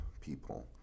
people